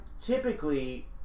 typically